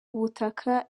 ubutaka